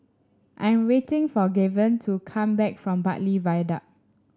I'm waiting for Gaven to come back from Bartley Viaduct